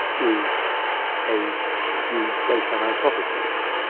is a view based on anthropic reasoning.